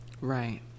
Right